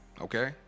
okay